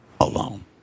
alone